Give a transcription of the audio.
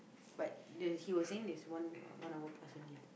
but the he was saying that is one one hour plus only